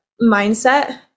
mindset